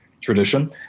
tradition